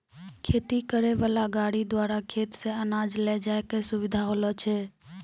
खेती करै वाला गाड़ी द्वारा खेत से अनाज ले जाय मे सुबिधा होलो छै